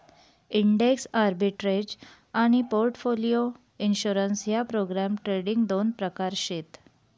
index arbitrage आनी portfolio insurance ह्या programme trading दोन प्रकार शेत